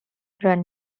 run